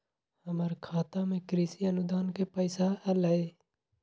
हमर खाता में कृषि अनुदान के पैसा अलई?